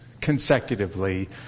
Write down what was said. consecutively